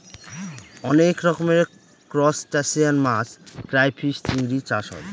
অনেক রকমের ত্রুসটাসিয়ান মাছ ক্রাইফিষ, চিংড়ি চাষ হয়